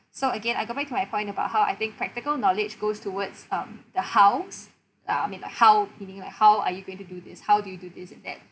so again I go back to my point about how I think practical knowledge goes towards um the hows ah I mean like how meaning like how are you going to do this how do you do this and that